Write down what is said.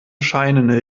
scheine